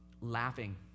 laughing